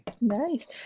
Nice